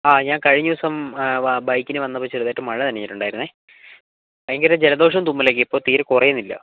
ആ ഞാൻ കഴിഞ്ഞ ദിവസം വാ ബൈക്കിന് വന്നപ്പോൾ ചെറുതായിട്ട് മഴ നനഞ്ഞിട്ടുണ്ടായിരുന്നേ ഭയങ്കര ജലദോഷവും തുമ്മലൊക്കെ ഇപ്പോൾ തീരെ കുറയുന്നില്ല